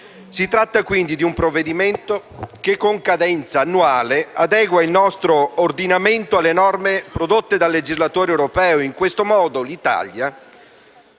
Si tratta quindi di un provvedimento, che, con cadenza annuale, adegua il nostro ordinamento alle norme prodotte dal legislatore europeo, in questo modo l'Italia